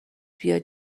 بیاد